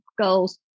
Goals